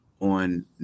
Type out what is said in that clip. on